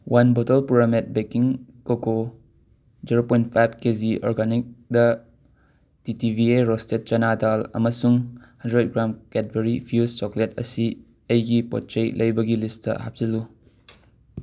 one bottle Puramate baking cocoa zero point five KG ꯑꯣꯔꯒꯥꯅꯤꯛꯗ T T B A roasted chana dal ꯑꯃꯁꯨꯡ hundred gram Cadbury Fuse chocolate ꯑꯁꯤ ꯑꯩꯒꯤ ꯄꯣꯠ ꯆꯩ ꯂꯩꯕꯒꯤ ꯂꯤꯁꯇ ꯍꯥꯞꯆꯤꯜꯂꯨ